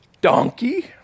donkey